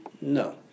No